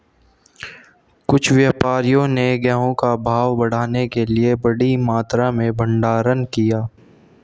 कुछ व्यापारियों ने गेहूं का भाव बढ़ाने के लिए बड़ी मात्रा में भंडारण किया